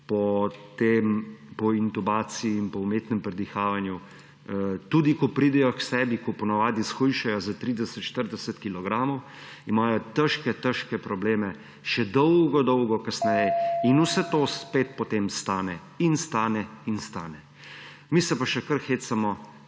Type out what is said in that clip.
po intubaciji in po umetnem predihavanju, tudi ko pridejo k sebi, ko ponavadi shujšajo za 30, 40 kilogramov, težke težke probleme še dolgo dolgo kasneje. In vse to spet potem stane in stane in stane. Mi se pa še kar hecamo